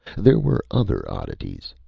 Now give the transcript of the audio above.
there were other oddities.